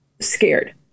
scared